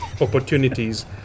opportunities